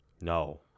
No